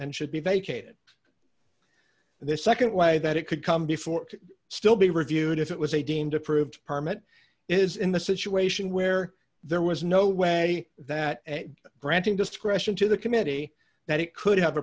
and should be vacated and the nd way that it could come before still be reviewed if it was a deemed approved permit is in the situation where there was no way that granting discretion to the committee that it could have